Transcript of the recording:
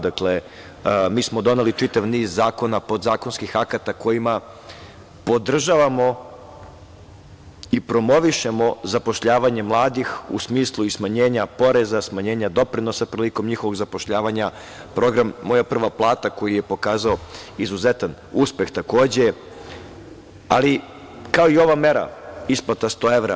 Dakle, mi smo doneli čitav niz zakona, podzakonskih akata, kojima podržavamo i promovišemo zapošljavanje mladih u smislu smanjenja poreza, smanjenja doprinosa prilikom njihovog zapošljavanja, program "Moja prva plata", koji je pokazao izuzetan uspeh takođe, kao i ova mera - isplata 100 evra.